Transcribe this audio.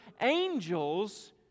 angels